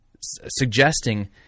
suggesting